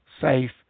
Safe